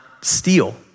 steal